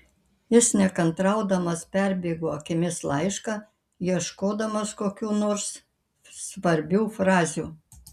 jis nekantraudamas perbėgo akimis laišką ieškodamas kokių nors svarbių frazių